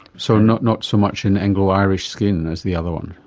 so not not so much in anglo irish skin as the other one.